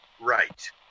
Right